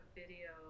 video